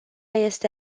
este